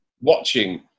watching